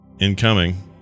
Incoming